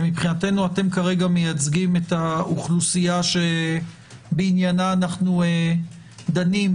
מבחינתנו אתם מייצגים את האוכלוסייה שבעניינה אנו דנים.